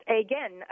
again